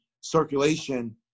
circulation